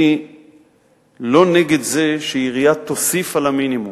אני לא נגד זה שעירייה תוסיף על המינימום.